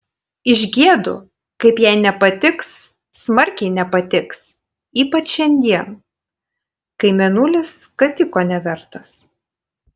išgiedu kaip jai nepatiks smarkiai nepatiks ypač šiandien kai mėnulis skatiko nevertas